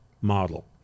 model